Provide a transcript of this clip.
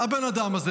הבן-אדם הזה,